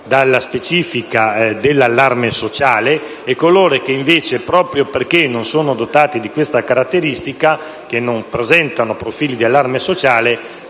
dalla specifica condizione dell'allarme sociale e coloro che invece, proprio perché non dotati di questa caratteristica in quanto non presentano profili di allarme sociale,